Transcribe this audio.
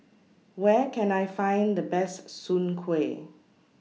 Where Can I Find The Best Soon Kway